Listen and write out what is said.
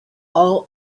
all